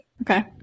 Okay